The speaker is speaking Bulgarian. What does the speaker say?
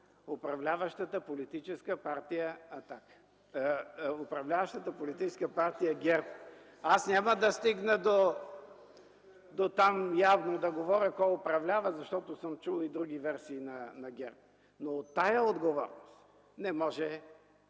управляващата политическа партия ГЕРБ. Аз няма да стигна дотам и явно да говоря кой управлява, защото съм чул и други версии на ГЕРБ, но от тази отговорност не може